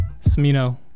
smino